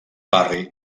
barri